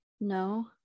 No